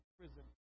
prison